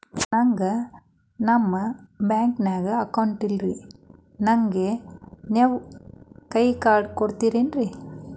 ನನ್ಗ ನಮ್ ಬ್ಯಾಂಕಿನ್ಯಾಗ ಅಕೌಂಟ್ ಇಲ್ರಿ, ನನ್ಗೆ ನೇವ್ ಕೈಯ ಕಾರ್ಡ್ ಕೊಡ್ತಿರೇನ್ರಿ?